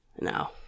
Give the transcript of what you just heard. No